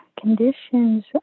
conditions